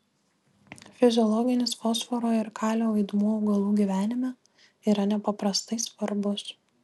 fiziologinis fosforo ir kalio vaidmuo augalų gyvenime yra nepaprastai svarbus